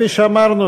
כפי שאמרנו,